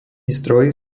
stroj